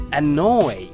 annoy